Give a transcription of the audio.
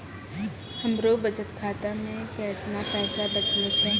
हमरो बचत खाता मे कैतना पैसा बचलो छै?